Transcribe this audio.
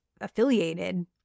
affiliated